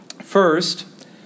First